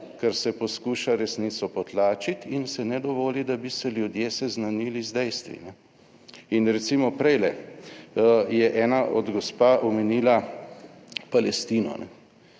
…ker se poskuša resnico potlačiti in se ne dovoli, da bi se ljudje seznanili z dejstvi. In recimo, prejle je ena od gospa omenila Palestino.